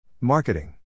Marketing